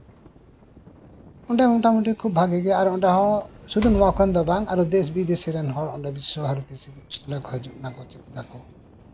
ᱚᱸᱰᱮ ᱢᱳᱴᱟᱢᱩᱴᱤ ᱠᱷᱩᱵ ᱵᱷᱟᱜᱮ ᱜᱮ ᱥᱩᱫᱩ ᱱᱚᱣᱟ ᱠᱚᱨᱮᱜ ᱜᱮ ᱵᱤᱥᱥᱚ ᱵᱷᱟᱨᱚᱛᱤ ᱨᱮᱱ ᱦᱚᱲ ᱦᱤᱡᱩᱜ ᱨᱮᱱᱟᱜ ᱠᱚ ᱪᱮᱫ ᱮᱫᱟ